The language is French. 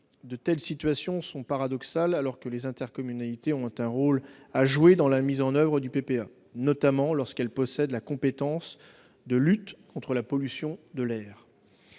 De telles situations sont paradoxales, alors que les intercommunalités ont un rôle à jouer dans la mise en oeuvre du PPA, notamment lorsqu'elles possèdent la compétence de lutte contre la pollution de l'air.